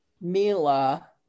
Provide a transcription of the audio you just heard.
Mila